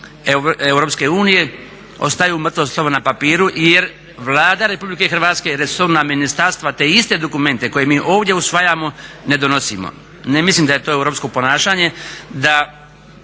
članice EU ostaju mrtvo slovo na papiru jer Vlada RH, resorna ministarstva, te iste dokumente koje mi ovdje usvajamo ne donosimo. Ne mislim da je to europsko ponašanje,